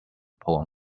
poem